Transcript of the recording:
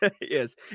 Yes